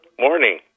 Morning